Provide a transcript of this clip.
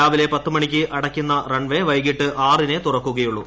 രാവിലെ പത്ത് മണിക്ക് അട്ടയ്ക്കുന്ന റൺവെ വൈകീട്ട് ആറിനെ തുറക്കുകയുള്ളൂ